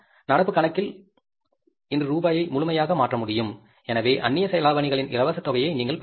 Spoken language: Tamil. நடப்பு கணக்கில் இன்று ரூபாயை முழுமையாக மாற்றமுடியும் எனவே அந்நிய செலாவணியின் இலவச தொகையை நீங்கள் பெறுவீர்கள்